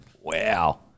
wow